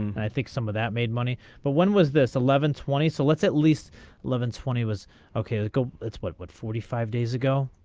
i think some of that made money but when was this eleven twenty so let's at least eleven twenty was ok a cold that's what what forty five days ago.